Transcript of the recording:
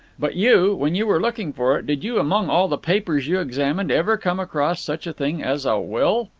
but you, when you were looking for it, did you, among all the papers you examined, ever come across such a thing as a will?